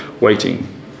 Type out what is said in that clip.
waiting